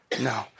no